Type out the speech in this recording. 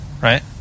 right